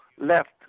left